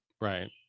right